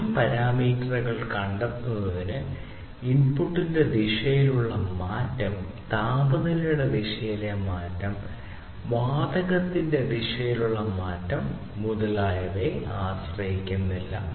ഈ പരാമീറ്ററുകൾ കണ്ടെത്തുന്നത് ഇൻപുട്ടിന്റെ ദിശയിലുള്ള മാറ്റം താപനിലയുടെ ദിശയിലെ മാറ്റം വാതകത്തിന്റെ ദിശയിലുള്ള മാറ്റം മുതലായവയെ ആശ്രയിക്കുന്നില്ല